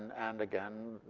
and again,